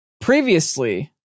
previously